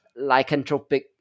lycanthropic